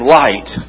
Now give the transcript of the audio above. light